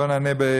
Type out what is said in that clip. לא נענה,